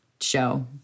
show